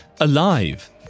alive